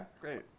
great